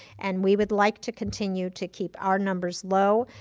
and we would like to continue to keep our numbers low.